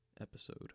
episode